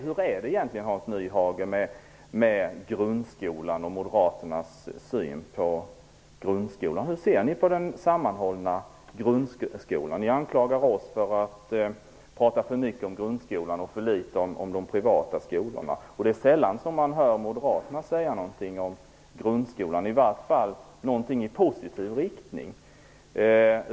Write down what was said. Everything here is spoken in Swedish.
Hur är det egentligen, Hans Nyhage, med moderaternas syn på den sammanhållna grundskolan? Ni anklagar oss för att tala för mycket om grundskolan och för litet om de privata skolorna. Det är sällan som man hör moderaterna säga någonting om grundskolan, i varje fall i positiv riktning.